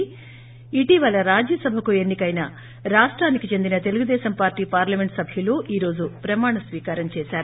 ి అ ఇటీవల రాజ్యసభకు ఎన్నికైన రాష్టానికి చెందిన తెలుగుదేశం పార్టీ పార్లమెంట్ సభ్యులు ఈ రోజు ప్రమాణ స్వీకారం చేశారు